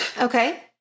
Okay